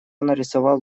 нарисовал